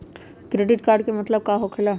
Credit card के मतलब का होकेला?